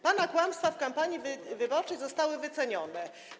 Pana kłamstwa w kampanii wyborczej zostały wycenione.